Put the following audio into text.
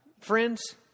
friends